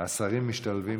השרים משתלבים